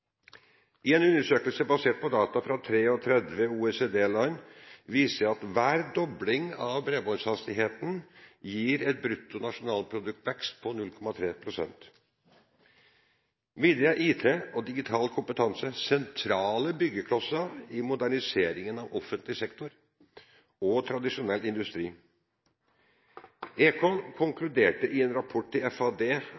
En undersøkelse basert på data fra 33 OECD-land viser at hver dobling av bredbåndshastigheten gir en vekst i bruttonasjonalproduktet på 0,3 pst. Videre er IT og digital kompetanse sentrale byggeklosser i moderniseringen av offentlig sektor og tradisjonell industri.